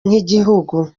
nk’igihugu